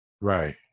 right